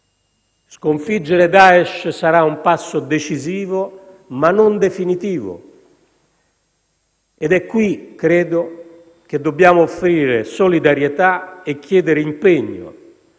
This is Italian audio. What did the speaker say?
Sconfiggere Daesh sarà un passo decisivo, ma non definitivo, ed è qui credo che dobbiamo offrire solidarietà e chiedere impegno